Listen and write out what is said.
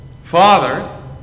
Father